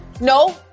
no